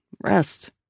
rest